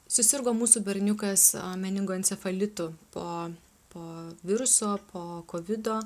susirgo mūsų berniukas meningoencefalitu po po viruso po kovido